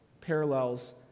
parallels